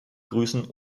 begrüßen